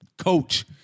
coach